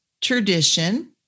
tradition